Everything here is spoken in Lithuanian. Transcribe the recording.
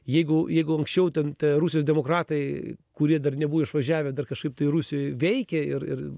jeigu jeigu anksčiau ten tie rusijos demokratai kurie dar nebuvo išvažiavę dar kažkaip tai rusijoj veikė ir ir